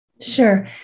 Sure